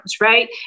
right